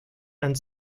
and